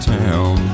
town